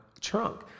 trunk